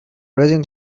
raising